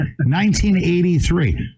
1983